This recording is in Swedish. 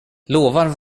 lovar